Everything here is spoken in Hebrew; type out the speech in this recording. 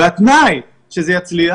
והתנאי שזה יצליח,